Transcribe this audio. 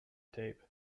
tape